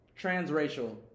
Transracial